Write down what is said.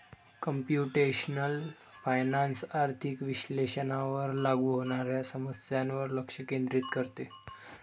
computational finance आर्थिक विश्लेषणावर लागू होणाऱ्या समस्यांवर लक्ष केंद्रित करते